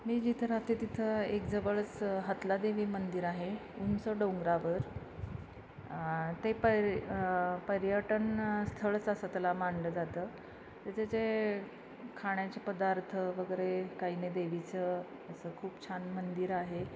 मी जिथं राहते तिथं एक जवळच हथला देवी मंदिर आहे उंच डोंगरावर ते प पर्यटन स्थळच असं त्याला मानलं जातं त्याचं जे खाण्याचे पदार्थ वगैरे काही ना देवीचं असं खूप छान मंदिर आहे